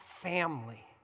family